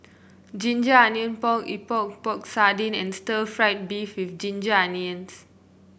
Ginger Onions Pork Epok Epok Sardin and stir fry beef with Ginger Onions